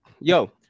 yo